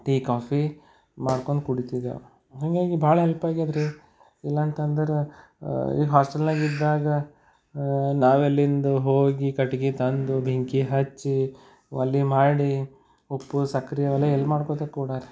tea coffee ಮಾಡ್ಕೊಂಡು ಕುಡಿತಿದ್ದೆವು ಹೀಗಾಗಿ ಭಾಳ ಹೆಲ್ಪ್ ಆಗ್ಯಾದ್ರಿ ಇಲ್ಲಂತ ಅಂದರೆ ಈ ಹಾಸ್ಟೆಲ್ನಾಗ ಇದ್ದಾಗ ನಾವೆಲ್ಲಿಂದ ಹೋಗಿ ಕಟ್ಗೆ ತಂದು ಬೆಂಕಿ ಹಚ್ಚಿ ಒಲೆ ಮಾಡಿ ಉಪ್ಪು ಸಕ್ರೆ ಅವೆಲ್ಲ ಎಲ್ಲಿ ಮಾಡ್ಕೊಳ್ತಾ ಕೋಡೋರು